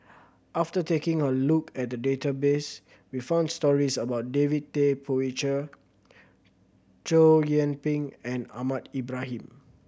after taking a look at the database we found stories about David Tay Poey Cher Chow Yian Ping and Ahmad Ibrahim